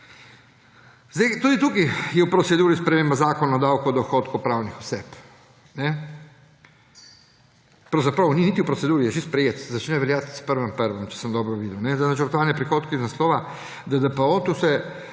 Tudi tukaj je v proceduri sprememba Zakona o davku od dohodkov pravnih oseb. Pravzaprav ni niti v proceduri, je že sprejet, začne veljati s 1. 1., če sem dobro videl. Zdaj načrtovani prihodki iz naslova DDPO … Se